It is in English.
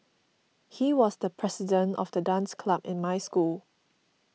he was the president of the dance club in my school